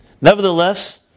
nevertheless